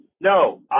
No